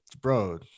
bro